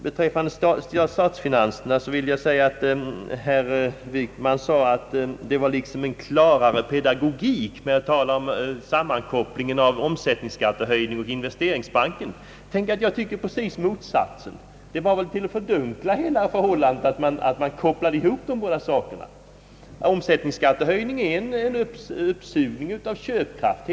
Beträffande statsfinanserna vill jag erinra om vad statsrådet Wickman sade, nämligen att det skulle vara liksom en klarare pedagogik att göra denna sammankoppling av omsättningsskattehöjningen och =: investeringsbanken. Tänk, jag tycker precis motsatsen. Det bidrog väl tvärtom till att fördunkla hela debatten att man kopplade ihop de båda sakerna. Omsättningsskattehöjningen är en uppsugning av köpkraft.